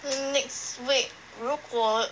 mm next week 如果